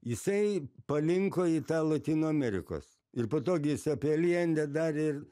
jisai palinko į tą lotynų amerikos ir patogiai sapeliendę darė ir